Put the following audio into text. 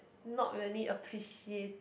not really appreciate